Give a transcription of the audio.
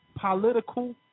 political